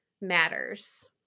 matters